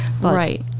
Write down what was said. Right